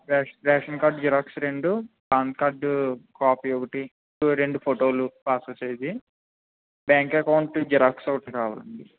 రేష ration card xerox రెండు PAN card copy ఒకటి ఇవి రెండు ఫోటోలు పాస్పోర్ట్ సైజ్వి బ్యాంక్ అకౌంట్ జిరాక్స్ ఒకటి కావాలి అండి